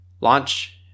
launch